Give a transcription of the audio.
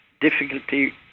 difficulty